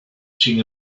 sin